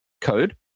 code